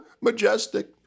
majestic